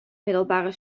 middelbare